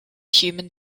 human